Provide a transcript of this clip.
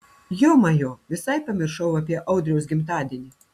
jomajo visai pamiršau apie audriaus gimtadienį